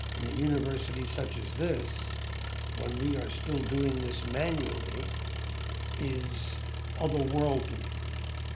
in a university such as this when we are still doing this manually is otherworldly.